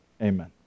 Amen